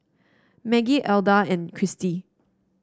Maggie Elda and Christy